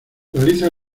realiza